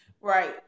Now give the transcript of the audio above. Right